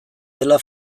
dela